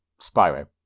Spyro